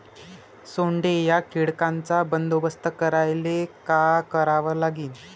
सोंडे या कीटकांचा बंदोबस्त करायले का करावं लागीन?